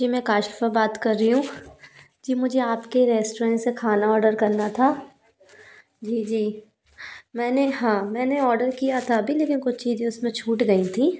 जी मैं काशीफ़ा बात कर रही हूँ जी मुझे आप के रेस्टोरेन से खाना ऑडर करना था जी जी मैंने हाँ मैंने ऑडर किया था अभी लेकिन कुछ चीज़ें उस में छूट गई थीं